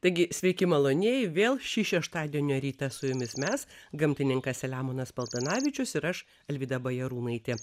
taigi sveiki maloniai vėl šį šeštadienio rytą su jumis mes gamtininkas selemonas paltanavičius ir aš alvyda bajarūnaitė